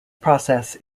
process